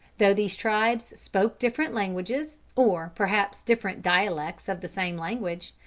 though these tribes spoke different languages, or perhaps different dialects of the same language,